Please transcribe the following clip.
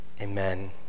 amen